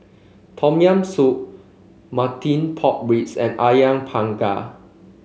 Tom Yam Soup Marmite Pork Ribs and ayam panggang